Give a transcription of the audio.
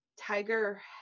Tiger